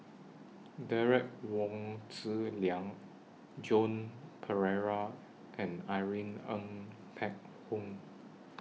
Derek Wong Zi Liang Joan Pereira and Irene Ng Phek Hoong